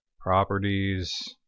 properties